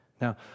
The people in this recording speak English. Now